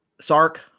Sark